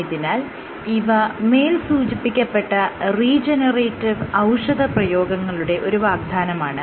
ആയതിനാൽ ഇവ മേൽ സൂചിപ്പിക്കപ്പെട്ട റീജെനെറേറ്റിവ് ഔഷധ പ്രയോഗങ്ങളുടെ ഒരു വാഗ്ദാനമാണ്